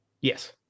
Yes